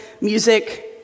music